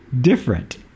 different